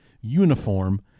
uniform